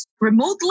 remotely